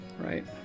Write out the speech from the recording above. Right